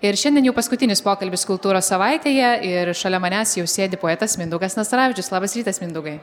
ir šiandien jau paskutinis pokalbis kultūros savaitėje ir šalia manęs jau sėdi poetas mindaugas nastaravičius labas rytas mindaugai